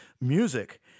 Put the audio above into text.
music